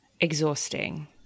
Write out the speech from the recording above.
exhausting